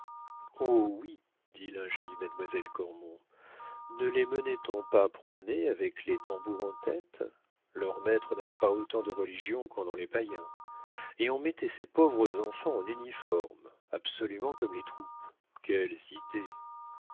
oh oui dit l'ingénue mademoiselle cormon ne les menait on pas promener avec les tambours en tête leurs maîtres n'avaient pas autant de religion qu'en ont les païens et on mettait ces pauvres enfants en uniforme absolument comme les troupes quelles idées